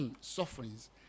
sufferings